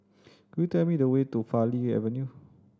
could you tell me the way to Farleigh Avenue